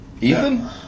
Ethan